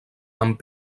amb